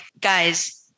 guys